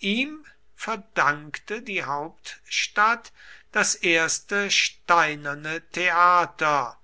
ihm verdankte die hauptstadt das erste steinerne theater